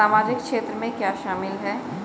सामाजिक क्षेत्र में क्या शामिल है?